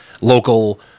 local